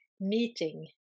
meeting